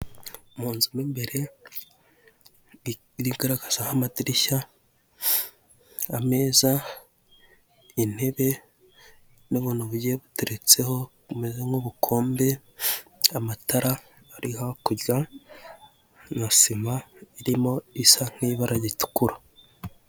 Mu nzu mo imbere igaragaza ho amadirishya, ameza, intebe n'ubuntu bagiye buteretseho bumeze nk'ibikombe, amatara ari hakurya na sima irimo isa nk'ibara ritukura.